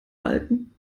balken